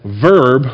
verb